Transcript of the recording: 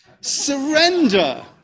Surrender